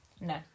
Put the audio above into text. no